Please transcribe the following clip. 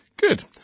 Good